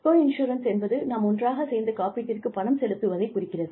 கோ insurance என்பது நாம் ஒன்றாகச் சேர்ந்து காப்பீட்டிற்கு பணம் செலுத்துவதை குறிக்கிறது